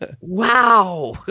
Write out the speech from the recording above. Wow